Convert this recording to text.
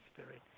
Spirit